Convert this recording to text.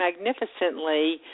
magnificently